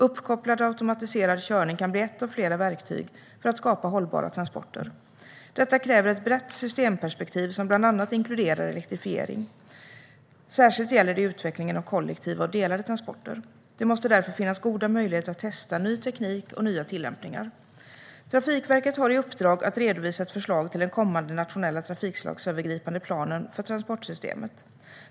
Uppkopplad och automatiserad körning kan bli ett av flera verktyg för att skapa hållbara transporter. Detta kräver ett brett systemperspektiv som bland annat inkluderar elektrifiering. Särskilt gäller det utvecklingen av kollektiva och delade transporter. Det måste därför finnas goda möjligheter att testa ny teknik och nya tillämpningar. Trafikverket har i uppdrag att redovisa ett förslag till den kommande nationella trafikslagsövergripande planen för transportsystemet.